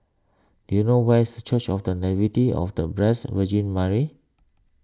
do you know where is Church of the Nativity of the Blessed Virgin Mary